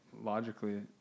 logically